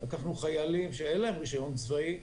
לקחנו חיילים שאין להם רישיון צבאי,